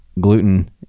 gluten